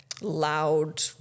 loud